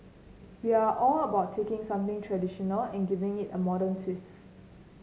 we are all about taking something traditional and giving it a modern twist